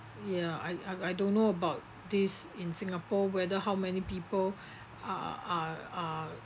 ya I I I don't know about this in singapore whether how many people are are uh